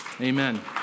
Amen